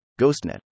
GhostNet